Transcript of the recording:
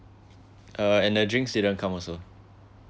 uh and the drinks didn't come also